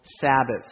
Sabbaths